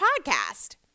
podcast